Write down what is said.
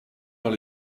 dans